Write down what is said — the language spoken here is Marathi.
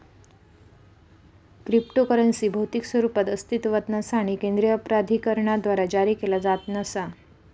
क्रिप्टोकरन्सी भौतिक स्वरूपात अस्तित्वात नसा आणि केंद्रीय प्राधिकरणाद्वारा जारी केला जात नसा